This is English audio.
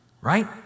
Right